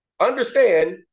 Understand